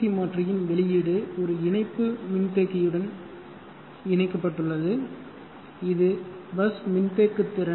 C மாற்றியின் வெளியீடு ஒரு இணைப்பு மின்தேக்கியுடன் இணைக்கப்பட்டுள்ளது இது பஸ் மின்தேக்கு திறன்